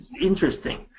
interesting